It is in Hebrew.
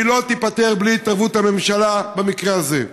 והיא לא תיפתר בלי התערבות הממשלה במקרה הזה.